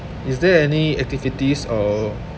is there any activities or